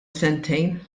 sentejn